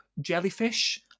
jellyfish